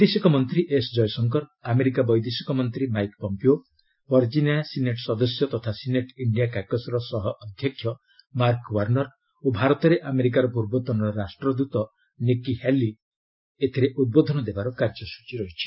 ବୈଦେଶିକ ମନ୍ତ୍ରୀ S Jaishankar America ବୈଦେଶିକ ମନ୍ତ୍ରୀ ମାଇକ୍ ପମ୍ପିଓ ଭର୍ଜିନିଆ ସିନେଟ୍ ସଦସ୍ୟ ତଥା ସିନେଟ୍ ଇଣ୍ଡିଆ କାକସ୍ ର ସହ ଅଧ୍ୟକ୍ଷ ମାର୍କ ୱାର୍ଣ୍ଣର ଓ ଭାରତରେ ଆମେରିକାର ପୂର୍ବତନ ରାଷ୍ଟ୍ରଦୃତ ନିକି ହାଲି ମଧ୍ୟ ଉଦ୍ବୋଧନ ଦେବାର କାର୍ଯ୍ୟସ୍କଚୀ ରହିଛି